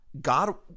God